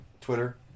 Twitter